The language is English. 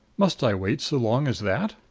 must i wait so long as that?